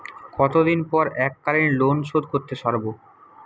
কতদিন পর এককালিন লোনশোধ করতে সারব?